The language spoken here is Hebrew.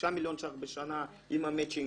חמישה מיליון ש"ח בשנה עם המצ'ינג,